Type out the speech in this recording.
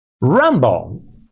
Rumble